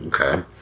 Okay